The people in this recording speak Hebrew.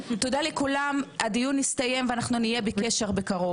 תודה לכולם, הדיון הסתיים ואנחנו נהיה בקשר בקרוב.